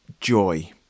joy